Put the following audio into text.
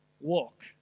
walk